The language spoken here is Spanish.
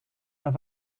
las